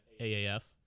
AAF